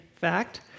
fact